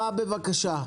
בבקשה.